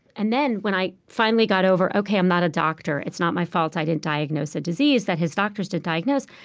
and then, when i finally got over, ok i'm not a doctor. it's not my fault i didn't diagnose a disease that his doctors didn't diagnose,